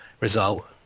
result